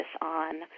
on